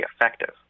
effective